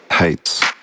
hates